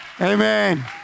Amen